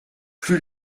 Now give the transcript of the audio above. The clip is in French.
plus